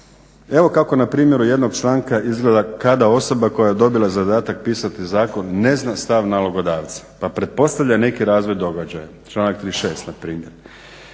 Evo kako na primjeru jednog članka izgleda kada osoba koja je dobila zadatak pisati zakon ne zna stav nalogodavca pa pretpostavlja neki razvoj događaja članak 36. na primjer.